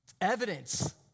evidence